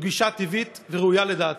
זו גישה טבעית וראויה, לדעתי.